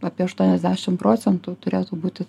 apie aštuoniasdešimt procentų turėtų būti